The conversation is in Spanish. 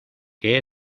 que